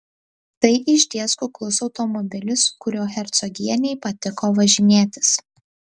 tai išties kuklus automobilis kuriuo hercogienei patiko važinėtis